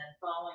following